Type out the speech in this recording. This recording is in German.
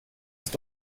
ist